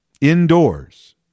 indoors